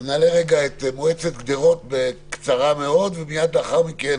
נעלה את מועצת גדרות בקצרה מאוד, ומיד לאחר מכן